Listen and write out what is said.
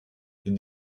you